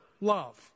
love